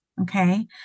okay